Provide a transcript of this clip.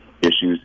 issues